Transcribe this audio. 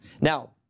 Now